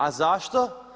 A zašto?